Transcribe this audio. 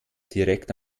direkt